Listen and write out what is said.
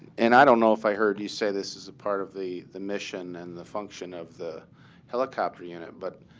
and i don't know if i heard you say this as a part of the the mission and the function of the helicopter unit, but